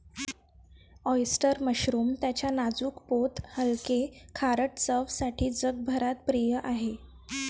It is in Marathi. ऑयस्टर मशरूम त्याच्या नाजूक पोत हलके, खारट चवसाठी जगभरात प्रिय आहे